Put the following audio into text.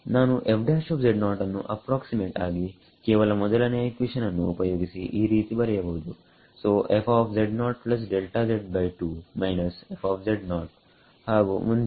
ನಾನು ಅನ್ನು ಅಪ್ರಾಕ್ಸಿಮೇಟ್ ಆಗಿ ಕೇವಲ ಮೊದಲನೆಯ ಇಕ್ವೇಷನ್ ಅನ್ನು ಉಪಯೋಗಿಸಿ ಈ ರೀತಿ ಬರೆಯಬಹುದು ಸೋಹಾಗು ಮುಂದೇನು